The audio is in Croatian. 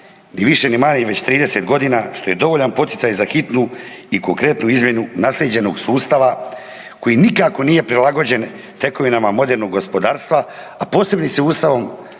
ni više, ni manje već 30 godina što je dovoljan poticaj za hitnu i konkretnu izmjenu naslijeđenog sustava koji nikako nije prilagođen tekovinama modernog gospodarstva, a posebice Ustavom